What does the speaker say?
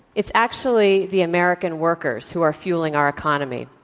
it's actually the american workers who are fueling our economy.